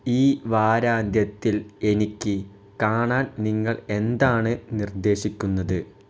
ഈ വാരാന്ത്യത്തിൽ എനിക്ക് കാണാൻ നിങ്ങൾ എന്താണ് നിർദ്ദേശിക്കുന്നത്